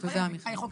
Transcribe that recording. תודה, מיכל.